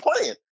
playing